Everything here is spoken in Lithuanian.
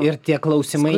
ir tie klausimai